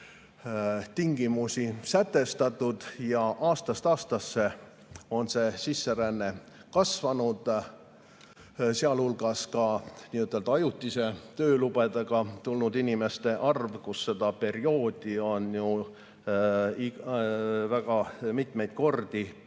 tingimusi sätestatud ja aastast aastasse on sisseränne kasvanud, sealhulgas [on kasvanud] ka ajutiste töölubadega tulnud inimeste arv. Seda perioodi on ju väga mitmeid kordi